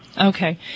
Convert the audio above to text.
Okay